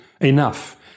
enough